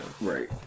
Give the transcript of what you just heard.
Right